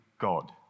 God